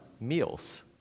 meals